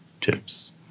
tips